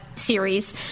series